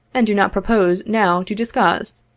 and do not propose, now, to discuss.